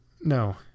No